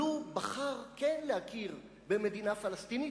אבל הוא בחר כן להכיר במדינה פלסטינית,